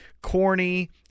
corny